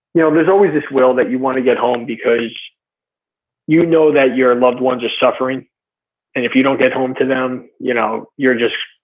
there's always this will that you wanna get home because you know that your loved ones are suffering and if you don't get home to them you know you're just